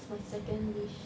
what's my second wish